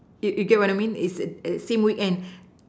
you you get what I mean it's a same weekend